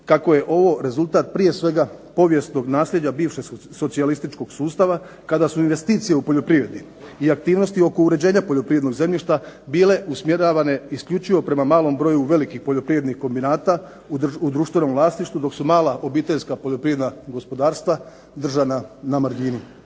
kako je ovo rezultat prije svega posjednog nasljeđa bivše socijalističkog sustava kada su investicije u poljoprivredi i aktivnosti oko uređenja poljoprivrednog zemljišta bile usmjeravane isključivo prema malom broju velikih poljoprivrednih kombinata u društvenom vlasništvu, dok su mala obiteljska poljoprivredna gospodarstva držana na margini.